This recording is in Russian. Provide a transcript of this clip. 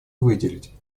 выделить